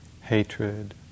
hatred